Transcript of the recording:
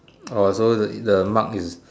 oh so the mark is